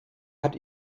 hat